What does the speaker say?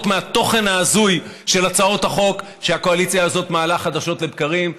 מהתוכן ההזוי של הצעות החוק שהקואליציה הזאת מעלה חדשות לבקרים.